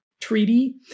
treaty